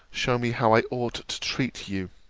shew me how i ought to treat you.